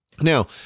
Now